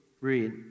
read